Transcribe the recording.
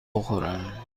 بخورم